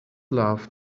love